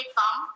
come